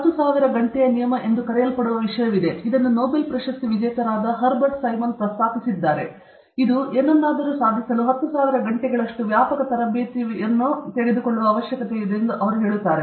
10000 ಗಂಟೆಯ ನಿಯಮ ಎಂದು ಕರೆಯಲ್ಪಡುವ ವಿಷಯವಿದೆ ಇದನ್ನು ನೋಬೆಲ್ ಪ್ರಶಸ್ತಿ ವಿಜೇತರಾದ ಹರ್ಬರ್ಟ್ ಸೈಮನ್ ಪ್ರಸ್ತಾಪಿಸಿದ್ದಾರೆ ಇದು ಏನನ್ನಾದರೂ ಸಾಧಿಸಲು 10000 ಗಂಟೆಗಳಷ್ಟು ವ್ಯಾಪಕ ತರಬೇತಿಯನ್ನು ತೆಗೆದುಕೊಳ್ಳುತ್ತದೆ ಎಂದು ಯಾರು ಹೇಳುತ್ತಾರೆ